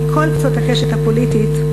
מכל קצות הקשת הפוליטית,